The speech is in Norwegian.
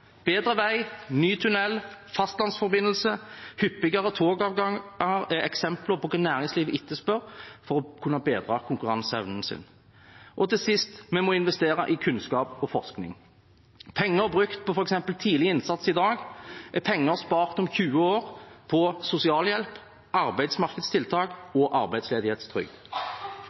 Bedre vei, ny tunnel, fastlandsforbindelse, hyppigere togavganger er eksempler på hva næringslivet etterspør for å kunne bedre konkurranseevnen sin. Til sist: Vi må investere i kunnskap og forskning. Penger brukt på f.eks. tidlig innsats i dag er penger spart om 20 år på sosialhjelp, arbeidsmarkedstiltak og arbeidsledighetstrygd.